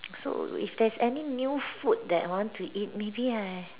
so if there's any new food that want to eat maybe I